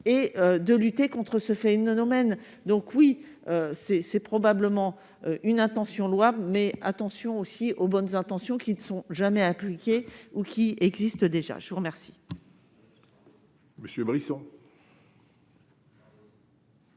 et de lutter contre ce phénomène, donc oui c'est, c'est probablement une intention louable mais attention aussi aux bonnes intentions qui ne sont jamais appliquées ou qui existe déjà, je vous remercie.